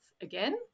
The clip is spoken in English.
again